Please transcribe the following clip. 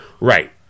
Right